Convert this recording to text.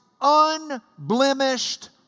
unblemished